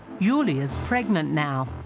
you lee is pregnant now.